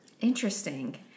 interesting